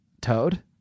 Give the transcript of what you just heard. toad